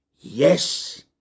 yes